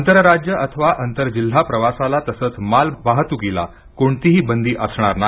आंतरराज्य अथवा आंतरजिल्हा प्रवासाला तसंच मालवाहतुकीला कोणतीही बंदी असणार नाही